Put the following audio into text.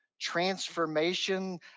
transformation